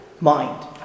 mind